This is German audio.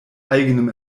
eigenem